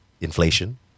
inflation